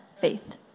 faith